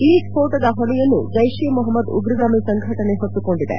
ಈ ಸ್ಪೋಟದ ಹೊಣೆಯನ್ನು ಜೈಷ್ ಎ ಮೊಹಮ್ಮದ್ ಉಗ್ರಗಾಮಿ ಸಂಘಟನೆ ಹೊತ್ತುಕೊಂಡಿದೆ